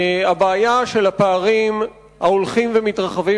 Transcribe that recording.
הבעיה של הפערים ההולכים ומתרחבים